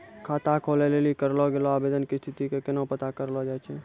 खाता खोलै लेली करलो गेलो आवेदन के स्थिति के केना पता करलो जाय छै?